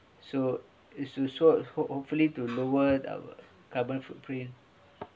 so is to so hopefully to lower our carbon footprint